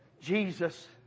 Jesus